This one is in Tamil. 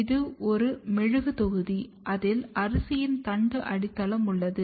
இது ஒரு மெழுகுத் தொகுதி அதில் அரிசியின் தண்டு அடித்தளம் உள்ளது